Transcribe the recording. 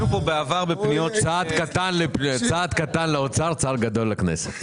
צעד קטן לאוצר וצעד גדול לכנסת.